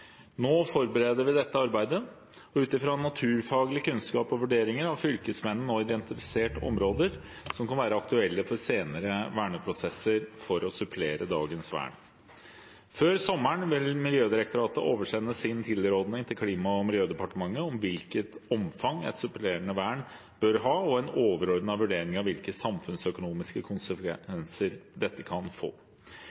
Nå forbereder vi dette arbeidet. Ut fra naturfaglig kunnskap og vurderinger har fylkesmennene nå identifisert områder som kan være aktuelle for senere verneprosesser for å supplere dagens vern. Før sommeren vil Miljødirektoratet oversende sin tilrådning til Klima- og miljødepartementet om hvilket omfang et supplerende vern bør ha, og en overordnet vurdering av hvilke samfunnsøkonomiske